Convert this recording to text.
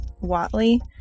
Watley